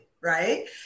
Right